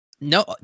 No